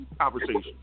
Conversation